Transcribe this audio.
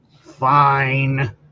Fine